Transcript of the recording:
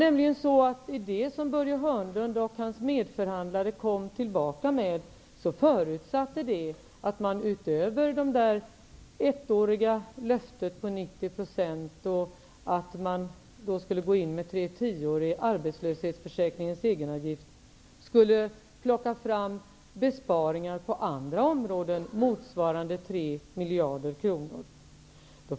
Det som Börje Hörnlund och hans medförhandlare kom tillbaka med förutsatte nämligen att man, utöver löftet om 90 % ersättning i ett år och tre tior i arbetslöshetsförsäkringens egenavgift, skulle plocka fram besparingar på andra områden motsvarande 3 miljarder kronor.